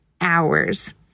hours